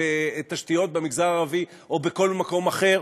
בתשתיות במגזר הערבי או בכל מקום אחר?